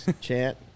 Chant